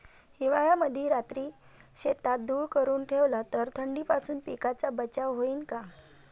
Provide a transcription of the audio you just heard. हिवाळ्यामंदी रात्री शेतात धुर करून ठेवला तर थंडीपासून पिकाचा बचाव होईन का?